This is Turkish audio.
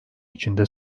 içinde